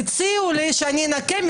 הציעו לי שאני אנקה להם